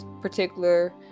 particular